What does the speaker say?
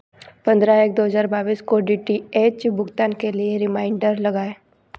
पंद्रह एक दो हज़ार बाईस को डी टी एच भुगतान के लिए रिमाइंडर लगाएँ